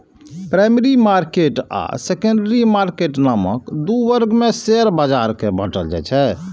primary market आ secondary market नामक दू वर्ग मे शेयर बाजार कें बांटल जाइ छै